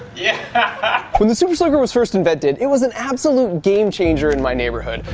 yeah when the super soaker was first invented, it was an absolute game changer in my neighborhood.